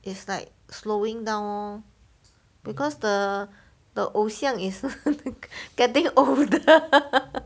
it's like slowing down because the the 偶像 is getting older